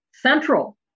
central